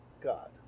God